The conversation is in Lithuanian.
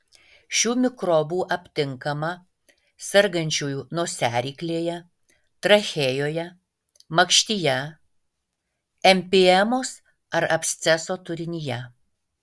šių mikrobų aptinkama sergančiųjų nosiaryklėje trachėjoje makštyje empiemos ar absceso turinyje